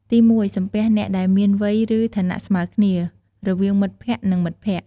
ទីមួយ សំពះអ្នកដែលមាន វ័យ ឬ ឋានៈស្មើគ្នា រវាងមិត្តភក្តិ និងមិត្តភក្តិ។